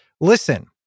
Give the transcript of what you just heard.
Listen